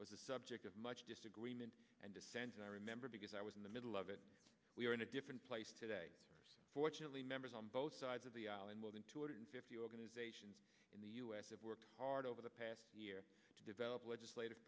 a subject of much disagreement and dissent and i remember because i was in the middle of it we are in a different place today fortunately members on both sides of the aisle and more than two hundred fifty organizations in the us have worked hard over the past year to develop legislative